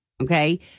Okay